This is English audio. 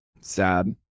Sad